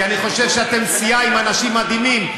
כי אני חושב שאתם סיעה עם אנשים מדהימים,